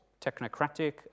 technocratic